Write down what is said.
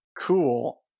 cool